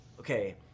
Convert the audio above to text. Okay